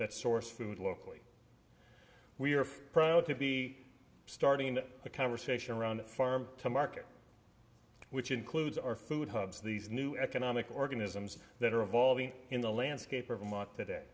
that source food locally we're proud to be starting a conversation around farm to market which includes our food hubs these new economic organisms that are evolving in the landscape or vermont today